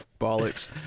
Bollocks